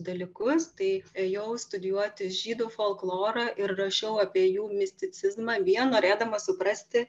dalykus tai ėjau studijuoti žydų folklorą ir rašiau apie jų misticizmą vien norėdama suprasti